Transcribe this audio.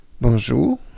Bonjour